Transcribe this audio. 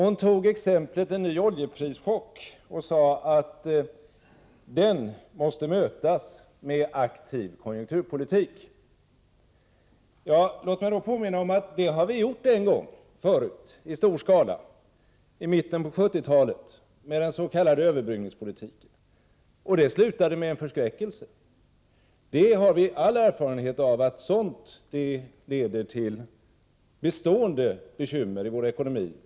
Hon tog exemplet en ny oljeprischock och sade att den måste mötas med aktiv konjunkturpolitik. Låt mig då påminna om att man har gjort på detta sätt en gång förut i stor skala, i mitten av 1970-talet med den s.k. överbryggningspolitiken. Det slutade med förskräckelse. Vi har all erfarenhet av att sådant leder till bestående bekymmer i vår ekonomi.